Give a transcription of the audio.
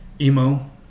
Emo